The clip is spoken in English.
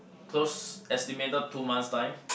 close estimated two months' time